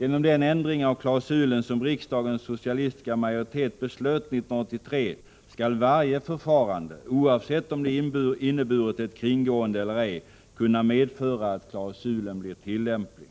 Genom den ändring av klausulen som riksdagens socialistiska majoritet beslöt 1983 skall varje förfarande — oavsett om det inneburit ett kringgående eller ej — kunna medföra att klausulen blir tillämplig.